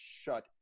shut